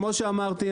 כמו שאמרתי,